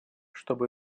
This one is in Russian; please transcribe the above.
чтобы